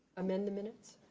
amend the minutes.